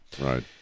Right